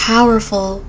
powerful